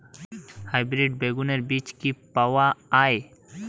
Hybrid বেগুনের বীজ কি পাওয়া য়ায়?